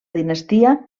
dinastia